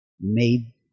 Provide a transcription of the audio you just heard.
made